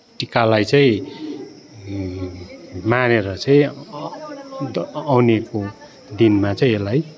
टिकालाई चाहिँ मानेर चाहिँ दिनमा चाहिँ यसलाई